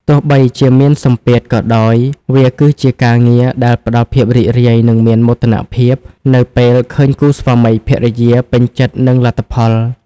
ទោះបីជាមានសម្ពាធក៏ដោយ វាគឺជាការងារដែល ផ្ដល់ភាពរីករាយ និងមានមោទនភាព នៅពេលឃើញគូស្វាមីភរិយាពេញចិត្តនឹងលទ្ធផល។